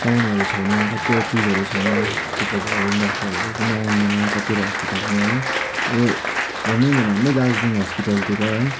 सामानहरू छैन कतिवटा चिजहरू छैन चेकअपहरू गर्न डक्टरहरू पनि आउँदैन कतिवटा हस्पिटलमा है अब भन्नु नै हो भने हाम्रै दार्जिलिङ हस्पिटलतिर है